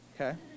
okay